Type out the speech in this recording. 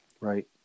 Right